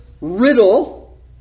riddle